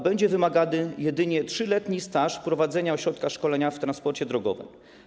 Będzie wymagany jedynie 3-letni staż odnośnie do prowadzenia ośrodka szkolenia w transporcie drogowym.